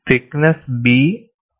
thick ness B 2